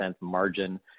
margin